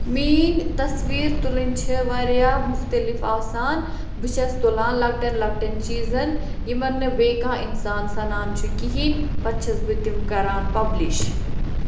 میٛٲنۍ تصویٖر تُلٕنۍ چھِ واریاہ مُختلِف آسان بہٕ چھَس تُلان لۄکٹٮ۪ن لۄکٹٮ۪ن چیٖزَن یِمَن نہٕ بیٚیہِ کانٛہہ اِنسان سَنان چھُ کِہیٖنۍ پَتہٕ چھَس بہٕ تِم کَران پَبلِش